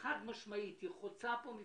חד משמעית וחוצה מפלגות,